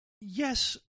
yes